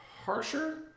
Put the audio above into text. harsher